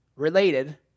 related